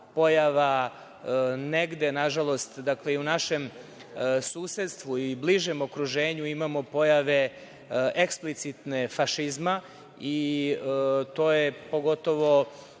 pojava negde, nažalost, i u našem susedstvu i bližem okruženju imamo pojave, eksplicitne, fašizma. To je pogotovo